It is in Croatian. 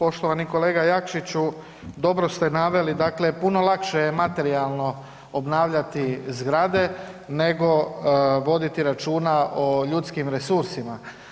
Poštovani kolega Jakšiću dobro ste naveli, dakle puno lakše je materijalno obnavljati zgrade nego voditi računa o ljudskim resursima.